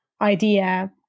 idea